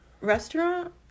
restaurant